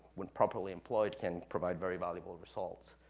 when properly employed, can provide very valuable results.